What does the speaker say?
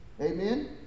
Amen